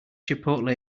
chipotle